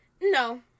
no